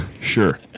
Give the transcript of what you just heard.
Sure